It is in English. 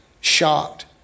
shocked